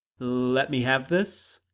let me have this?